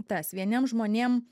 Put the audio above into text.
tas vieniem žmonėm